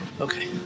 Okay